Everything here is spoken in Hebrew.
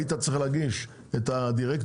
היית צריך להגיש את הדירקטורים.